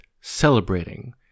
celebrating